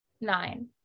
nine